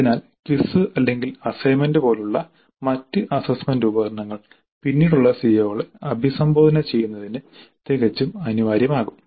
അതിനാൽ ക്വിസ് അല്ലെങ്കിൽ അസൈൻമെന്റ് പോലുള്ള മറ്റ് അസ്സസ്സ്മെന്റ് ഉപകരണങ്ങൾ പിന്നീടുള്ള സിഒകളെ അഭിസംബോധന ചെയ്യുന്നതിന് തികച്ചും അനിവാര്യമാകും